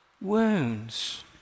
wounds